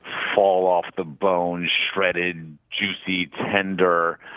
fall-off-the-bone, shredded, juicy tender.